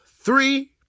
three